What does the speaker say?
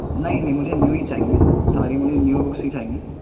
نہیں نہیں مجھے نیو ہی چاہیے ساری مجھے نیو بکس ہی چاہیے